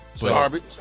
Garbage